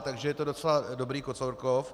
Takže je to docela dobrý Kocourkov.